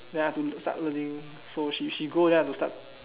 then I have to start learning so if she she go then I have to start